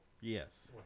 Yes